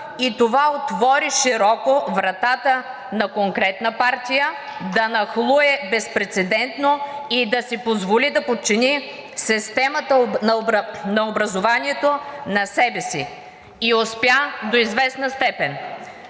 Това отвори широко вратата на конкретна партия да нахлуе безпрецедентно и да си позволи да подчини системата на образованието на себе си и успя до известна степен.